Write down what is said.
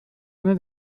eine